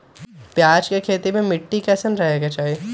प्याज के खेती मे मिट्टी कैसन रहे के चाही?